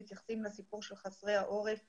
לא משנה אם הם עולים או חיילים בודדים חסרי עורף משפחתי,